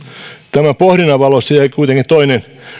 tämän pohdinnan valossa jäi kuitenkin toinen